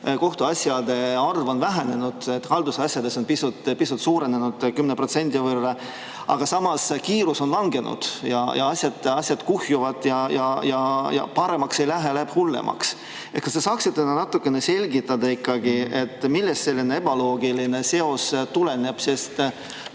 kohtuasjade arv just nagu vähenenud, aga haldusasjade arv on pisut suurenenud, 10% võrra. Samas kiirus on langenud, asjad kuhjuvad ja paremaks ei lähe, olukord läheb hullemaks. Kas te saaksite natukene selgitada, millest selline ebaloogiline seos tuleneb, sest